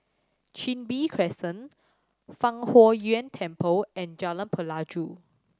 Chin Bee Crescent Fang Huo Yuan Temple and Jalan Pelajau